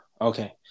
okay